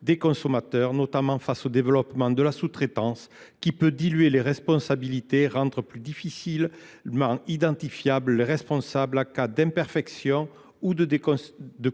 des consommateurs, notamment face au développement de la sous-traitance, qui peut diluer les responsabilités et rendre plus difficilement identifiables les responsables à cas d'imperfection ou de défaut